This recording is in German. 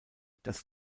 das